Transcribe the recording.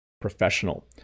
Professional